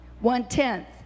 One-tenth